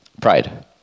Pride